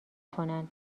کنن